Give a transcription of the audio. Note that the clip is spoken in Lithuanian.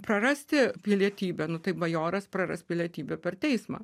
prarasti pilietybę tai bajoras praras pilietybę per teismą